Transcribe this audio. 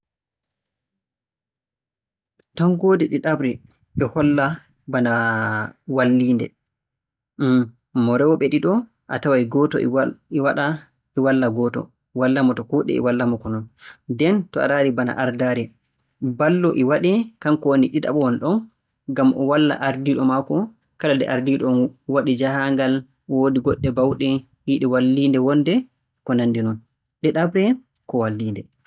Tonngoode ɗiɗaɓre e holla bana walliinde Hmn, mo rewɓe ɗiɗo a taway gooto e waɗ- e waɗa- e walla e gooto, walla-mo to kuuɗe e walla-mo ko non. Nden to a raari bana ardaare, ballo e waɗee kanko woni ɗiɗaɓo wonɗon ngam o walla ardiiɗo maako kala nde ardiiɗo on waɗi jahaangal, woodi goɗɗe baawɗe, yiɗi walliinde wonnde. Ɗiɗaɓre ko walliinde.